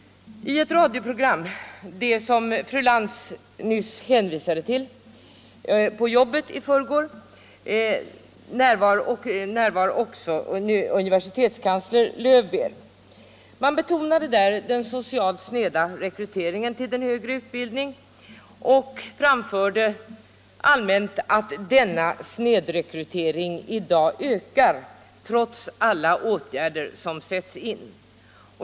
I ett radioprogram i förrgår — det som fru Lantz nyss hänvisade till — På jobbet deltog också universitetskanslern Löwbeer. Man betonade där den socialt sneda rekryteringen till den högre utbildningen och framförde allmänt att denna snedrekrytering i dag ökar trots alla åtgärder som sätts in.